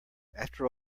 after